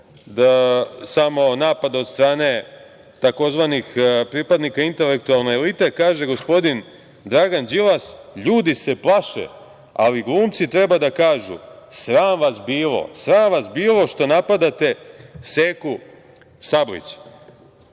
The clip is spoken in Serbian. ovo samo napad od strane tzv. pripadnika intelektualne elite. Kaže gospodin Dragan Đilas - ljudi se plaše, ali glumci treba da kažu sram vas bilo, sram vas bilo što napadate Seku